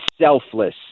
selfless